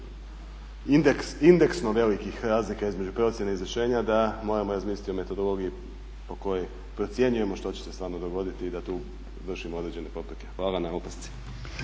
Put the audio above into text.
indeksno velikih razlika između procjene i izvršenja da moramo razmisliti o metodologiji po kojoj procjenjujemo što će se stvarno dogoditi i da tu vršimo određene popravke. Hvala na opasci.